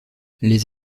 les